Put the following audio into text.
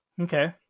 Okay